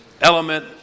element